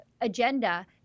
agenda